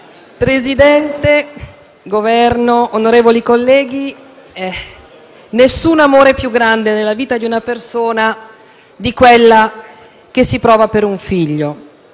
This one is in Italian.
del Governo, onorevoli colleghi, nessun amore è più grande, nella vita di una persona, di quello che si prova per un figlio.